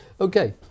Okay